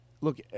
Look